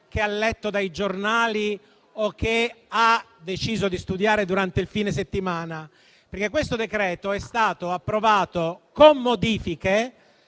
che ha letto dai giornali o che ha deciso di studiare durante il fine settimana. Questo decreto è stato approvato, con modifiche,